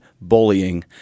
bullying